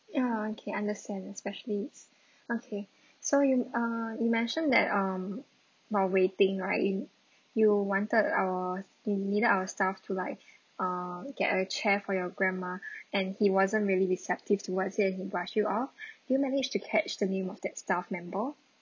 ya okay understand especially it's okay so you uh you mentioned that um while waiting right in you wanted uh you needed our staff to like uh get a chair for your grandma and he wasn't really receptive to what you said and then rushed you off do you manage to catch the name of that staff member